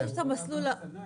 צחי ברקוביץ'